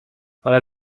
ale